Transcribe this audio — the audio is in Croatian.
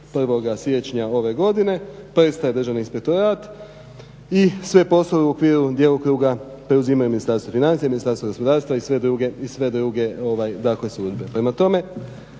1. siječnja ove godine prestaje Državni inspektorat i sve poslove u okviru djelokruga preuzimaju Ministarstvo financija, Ministarstvo gospodarstva i sve druge, dakle službe.